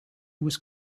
was